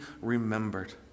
remembered